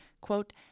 quote